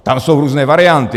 Tam jsou různé varianty.